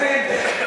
20?